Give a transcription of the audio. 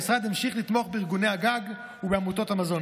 המשרד ימשיך לתמוך בארגוני הגג ובעמותות המזון,